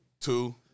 Two